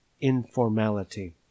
informality